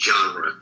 genre